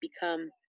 become